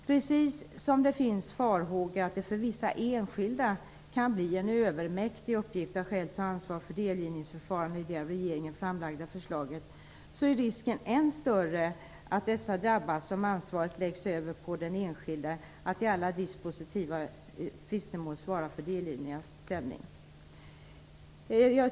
Precis som det finns farhågor att det för vissa enskilda kan bli en övermäktig uppgift att själv ta ansvar för delgivningsförfarande i det av regeringen framlagda förslaget, är risken än större att dessa drabbas om ansvaret läggs över på den enskilde att i alla dispositiva tvistemål svara för delgivning av stämning.